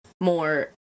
more